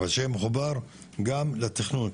אבל שיהיה מחובר גם לתכנון,